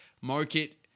market